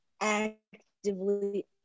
actively